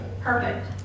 Perfect